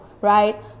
right